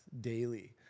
daily